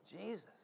Jesus